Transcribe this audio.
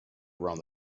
around